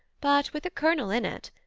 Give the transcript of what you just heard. but with a kernel in it.